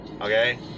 Okay